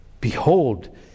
Behold